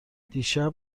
دیشب